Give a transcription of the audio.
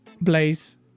blaze